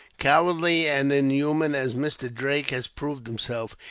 cowardly and inhuman as mr. drake has proved himself,